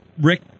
rick